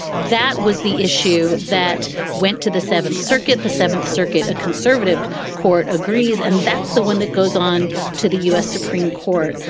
that was the issue that went to the seventh circuit, the seventh circuit. a conservative court agrees. and that's the one that goes on to the u s. supreme court.